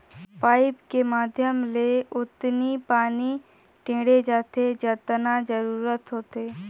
pipe के माधियम ले ओतनी पानी टेंड़े जाथे जतना जरूरत होथे